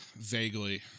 Vaguely